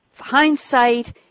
hindsight